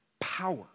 power